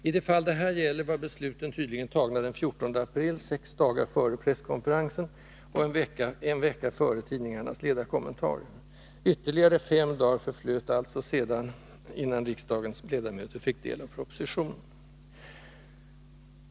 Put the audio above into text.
I det fall det här gäller var besluten tydligen tagna den 14 april, sex dagar före presskonferensen och en vecka före tidningarnas ledarkommentarer. Ytterligare fem dagar förflöt sedan innan riksdagens ledamöter fick del av propositionen.